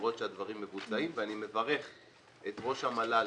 לראות שהדברים מבוצעים ואני מברך את ראש המל"ל